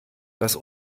das